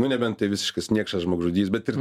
nu nebent tai visiškas niekšas žmogžudys bet ir